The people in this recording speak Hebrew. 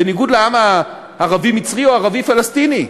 בניגוד לעם הערבי-מצרי או הערבי הפלסטיני,